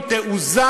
עם תעוזה,